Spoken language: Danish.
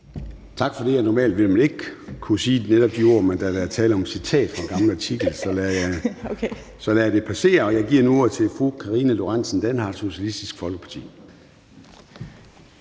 Tak for det. Normalt ville man ikke kunne sige netop de ord, men da der er tale om et citat fra en gammel artikel, lader jeg det passere. Jeg giver nu ordet til fru Karina Lorentzen Dehnhardt, Socialistisk Folkeparti.